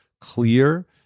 clear